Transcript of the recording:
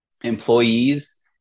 employees